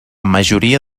majoria